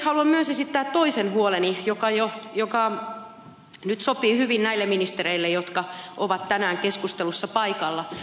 haluan myös esittää toisen huoleni joka nyt sopii hyvin näille ministereille jotka ovat tänään keskustelussa paikalla